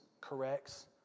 corrects